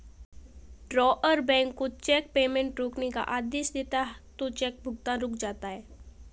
drawer bank को cheque payment रोकने का आदेश देता है तो चेक भुगतान रुक जाता है